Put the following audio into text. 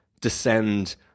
descend